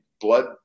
blood